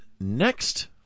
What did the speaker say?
next